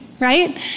Right